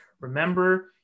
remember